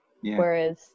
whereas